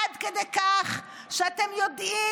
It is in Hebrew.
עד כדי כך שאתם יודעים,